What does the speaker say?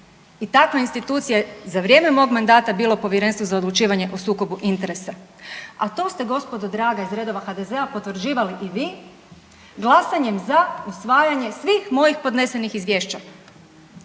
i takve institucije za vrijeme mog mandata bilo Povjerenstvo za odlučivanje o sukobu interesa, a to ste gospodo draga iz redova HDZ-a potvrđivali i vi glasanjem za usvajanjem svih mojih podnesenih izvješća.